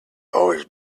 always